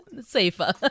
Safer